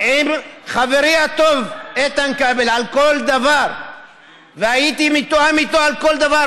עם חברי הטוב איתן כבל על כל דבר והייתי מתואם איתו בכל דבר,